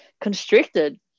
constricted